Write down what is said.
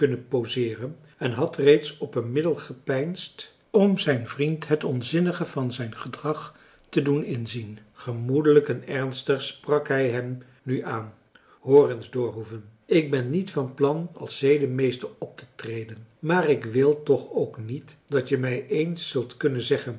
poseeren en had reeds op een middel gepeinsd om zijn vriend het onzinnige van zijn gedrag te doen inzien gemoedelijk en ernstig sprak hij hem nu aan hoor eens doerhoven ik ben niet van plan als zedemeester optetreden maar ik wil toch ook niet dat je mij eens zult kunnen zeggen